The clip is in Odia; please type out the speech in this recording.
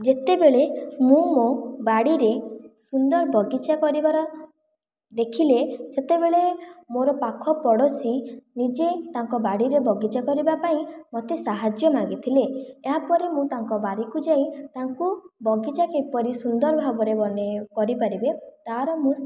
ଯେତେବେଳେ ମୁଁ ମୋ ବାଡ଼ିରେ ସୁନ୍ଦର ବଗିଚା କରିବାର ଦେଖିଲେ ସେତେବେଳେ ମୋର ପାଖ ପଡ଼ୋଶୀ ନିଜେ ତାଙ୍କ ବାଡ଼ିରେ ବଗିଚା କରିବା ପାଇଁ ମୋତେ ସାହାଯ୍ୟ ମାଗିଥିଲେ ଏହାପରେ ମୁଁ ତାଙ୍କ ବାରିକୁ ଯାଇ ତାଙ୍କୁ ବଗିଚା କିପରି ସୁନ୍ଦର ଭାବରେ ବନାଇ କରିପାରିବେ ତା'ର ମୁଁ